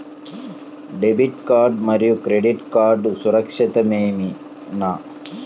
Debit card మరియు credit card సురక్షితమేనా?